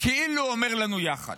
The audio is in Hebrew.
כאילו אומר לנו יחד,